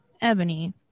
Ebony